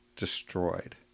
destroyed